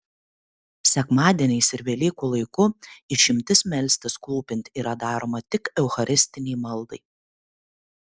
sekmadieniais ir velykų laiku išimtis melstis klūpint yra daroma tik eucharistinei maldai